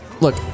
Look